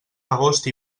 agost